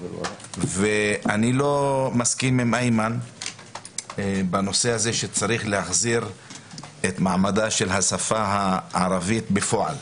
אני לא מסכים עם איימן שצריך להחזיר את מעמדה של השפה הערבית בפועל.